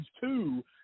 two